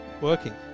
Working